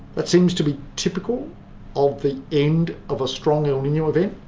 that seems to be typical of the end of a strong el nino event.